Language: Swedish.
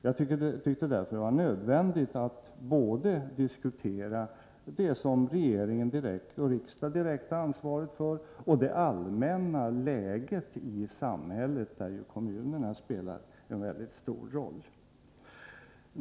Jag tyckte därför att det var nödvändigt att diskutera både det som regering och riksdag direkt har ansvaret för och det allmänna läget i samhället, där ju kommunerna spelar en väldigt stor roll.